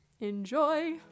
Enjoy